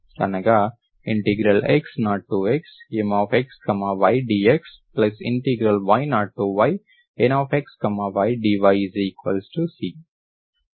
అనగా x0xMxy dxy0yNxy dyC